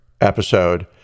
episode